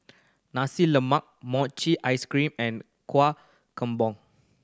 Nasi Lemak mochi ice cream and kuah kembon